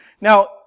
Now